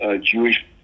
Jewish